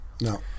No